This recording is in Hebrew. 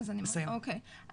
אוקי,